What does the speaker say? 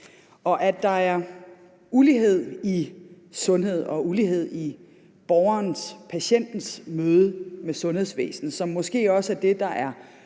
At der er ulighed i sundhed og ulighed i borgerens, patientens møde med sundhedsvæsenet, som måske også er det, der er